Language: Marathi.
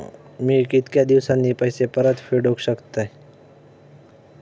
मी कीतक्या दिवसांनी पैसे परत फेडुक शकतय?